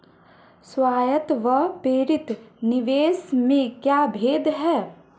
स्वायत्त व प्रेरित निवेश में क्या भेद है?